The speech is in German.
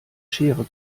schere